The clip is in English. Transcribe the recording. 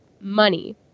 money